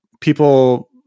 people